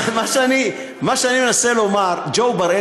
מה שאני מנסה לומר, ג'ו בראל